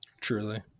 Truly